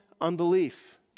unbelief